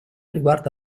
riguarda